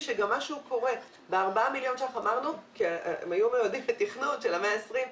שמשהו קורה ב-4 מיליון ש"ח שהיו מיועדים לתכנון מה-120.